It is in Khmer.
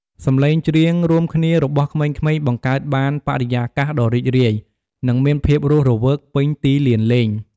សំឡេងច្រៀងរួមគ្នារបស់ក្មេងៗបង្កើតបាន បរិយាកាសដ៏រីករាយ និងមានភាពរស់រវើក ពេញទីលានលេង។